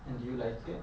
and did you like it